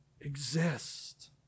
exist